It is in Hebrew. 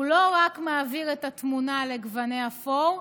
הוא לא רק מעביר את התמונה לגוני אפור,